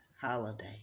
holiday